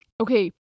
Okay